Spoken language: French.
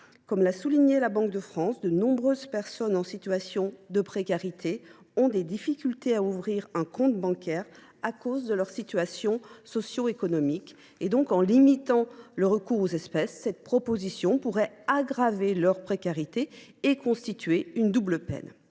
Comme l’a souligné la Banque de France, de nombreuses personnes en situation de précarité éprouvent des difficultés à ouvrir un compte bancaire à cause de leur situation socio économique. En limitant le recours aux espèces, cette proposition de loi pourrait aggraver leur précarité et constituer pour elles une double peine.